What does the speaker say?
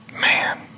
Man